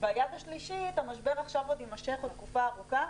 וביד השלישית המשבר יימשך עוד תקופה ארוכה,